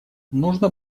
нужно